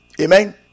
Amen